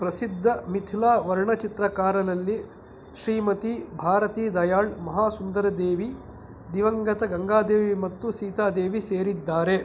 ಪ್ರಸಿದ್ಧ ಮಿಥಿಲಾ ವರ್ಣಚಿತ್ರಕಾರರಲ್ಲಿ ಶ್ರೀಮತಿ ಭಾರತಿ ದಯಾಳ್ ಮಹಾಸುಂದರಿ ದೇವಿ ದಿವಂಗತ ಗಂಗಾದೇವಿ ಮತ್ತು ಸೀತಾದೇವಿ ಸೇರಿದ್ದಾರೆ